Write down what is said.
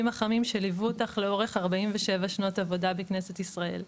החמים שליוו אותך לאורך 47 שנות עבודה בכנסת ישראל.